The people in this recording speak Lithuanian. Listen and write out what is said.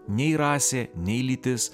nei rasė nei lytis